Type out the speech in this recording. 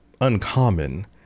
uncommon